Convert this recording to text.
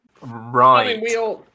Right